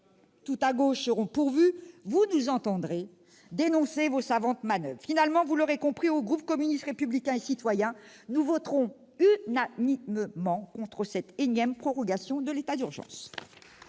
tout à gauche, seront pourvus, vous nous entendrez dénoncer vos savantes manoeuvres ! Finalement, vous l'aurez compris, mes chers collègues, le groupe communiste républicain et citoyen votera unanimement contre cette énième prorogation de l'état d'urgence.